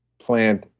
plant,